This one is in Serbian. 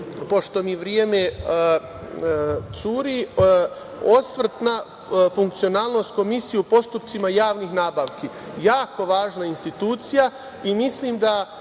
pošto mi vreme curi, osvrt na funkcionalnost Komisije u postupcima javnih nabavki. Jako važna institucija i mislim da